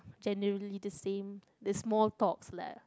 generally the same the small talks lah